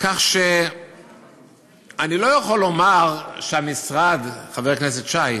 כך שאני לא יכול לומר שהמשרד, חבר הכנסת שי,